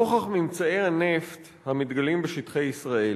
1. נוכח ממצאי הנפט המתגלים בשטחי ישראל,